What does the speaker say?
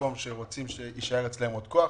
ממקום שרוצים שיישאר אצלם עוד כוח.